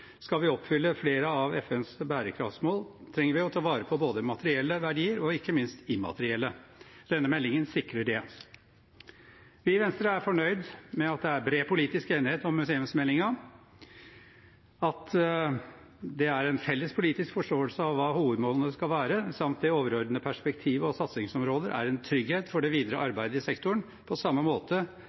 Skal vi oppfylle flere av FNs bærekraftsmål, trenger vi å ta vare på både materielle verdier og ikke minst immaterielle. Denne meldingen sikrer det. Vi i Venstre er fornøyd med at det er bred politisk enighet om museumsmeldingen. At det er en felles politisk forståelse av hva hovedmålene skal være, samt det overordnede perspektivet og satsingsområder, er en trygghet for det videre arbeid i sektoren. På samme måte